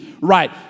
right